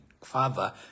Father